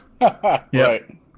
Right